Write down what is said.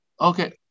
okay